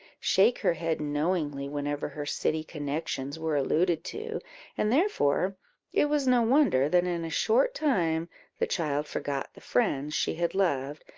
shake her head knowingly whenever her city connections were alluded to and therefore it was no wonder that in a short time the child forgot the friends she had loved,